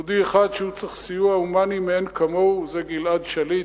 יש יהודי אחד שצריך סיוע הומני מאין כמוהו וזה גלעד שליט.